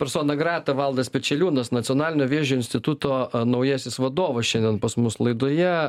personą gratą valdas pečeliūnas nacionalinio vėžio instituto naujasis vadovas šiandien pas mus laidoje